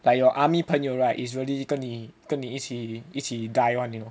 like your army 朋友 right is really 跟你跟你一起一起 die [one] you know